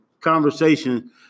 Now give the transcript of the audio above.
conversation